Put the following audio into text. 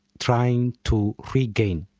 trying to regain.